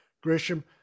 Gresham